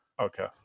Okay